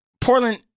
Portland